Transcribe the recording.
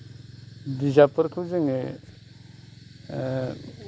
बिजाबफोरखौ जोङो